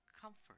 comfort